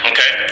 Okay